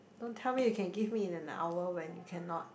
don't tell me you can give me in an hour when you cannot